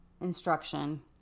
instruction